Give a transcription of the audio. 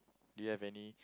do you have any